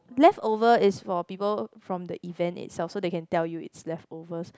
leftover is for people from the event itself so they can tell you it's leftovers